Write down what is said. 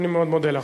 אני מאוד מודה לך.